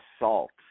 assault